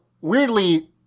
weirdly